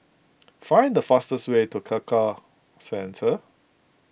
find the fastest way to Tekka Centre